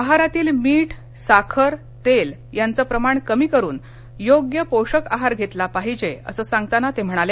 आहारातील मीठ साखर तेल कमी करुन योग्य पोषक आहार घेतला पाहीजे असं सांगताना ते म्हणाले